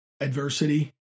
adversity